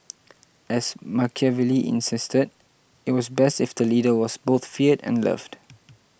as Machiavelli insisted it was best if the leader was both feared and loved